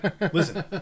Listen